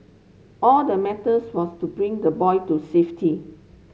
all that matters was to bring the boy to safety